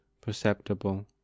perceptible